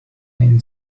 and